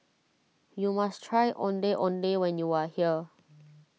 you must try Ondeh Ondeh when you are here